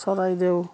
Charaideo